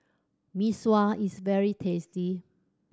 Mee Sua is very tasty